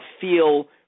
feel